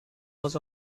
was